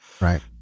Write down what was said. right